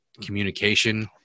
communication